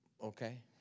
Okay